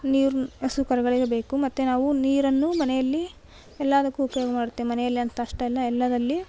ನೀರು ಹಸು ಕರುಗಳಿಗೆ ಬೇಕು ಮತ್ತೆ ನಾವು ನೀರನ್ನು ಮನೆಯಲ್ಲಿ ಎಲ್ಲದಕ್ಕು ಉಪಯೋಗ ಮಾಡತ್ತೆ ಮನೆಯಲ್ಲಿ ಅಂತ ಅಷ್ಟೇ ಅಲ್ಲ ಎಲ್ಲದ್ರಲ್ಲಿ